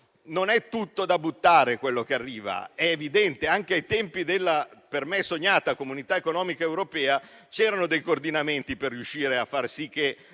non sia tutto da buttare quello che arriva. Anche ai tempi della per me sognata Comunità economica europea, vi erano dei coordinamenti per riuscire a far sì che